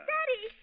Daddy